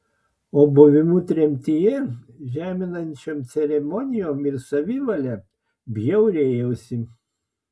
o buvimu tremtyje žeminančiom ceremonijom ir savivale bjaurėjausi